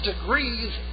degrees